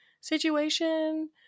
situation